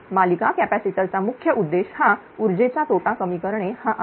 मालिका कॅपॅसिटर चा मुख्य उद्देश हा ऊर्जेचा तोटा कमी करणे हा आहे